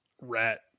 rat